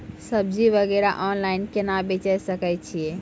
सब्जी वगैरह ऑनलाइन केना बेचे सकय छियै?